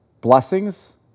blessings